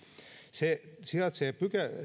se sijaitsee